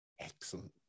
Excellent